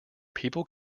people